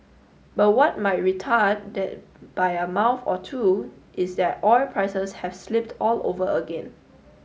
but what might retard that by a month or two is that oil prices have slipped all over again